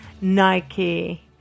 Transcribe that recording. Nike